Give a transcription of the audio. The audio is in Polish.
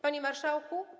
Panie Marszałku!